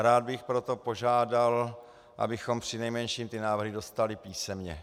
Rád bych proto požádal, abychom přinejmenším ty návrhy dostali písemně.